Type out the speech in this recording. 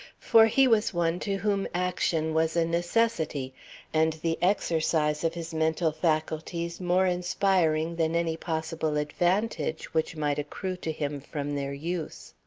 for he was one to whom action was a necessity and the exercise of his mental faculties more inspiring than any possible advantage which might accrue to him from their use.